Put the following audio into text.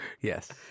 Yes